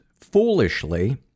Foolishly